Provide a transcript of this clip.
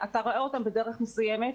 אתה רואה את זה בדרך מסוימת,